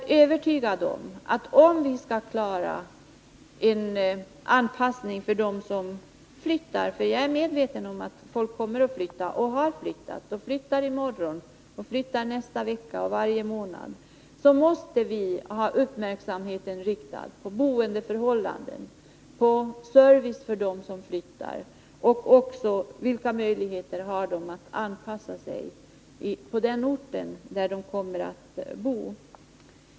För att folk skall kunna anpassa sig på den ort dit de flyttar — och folk kommer att flytta, i morgon, nästa vecka och nästa månad — så måste vi ha uppmärksamheten riktad på boendeförhållanden, service och annat på orten i fråga.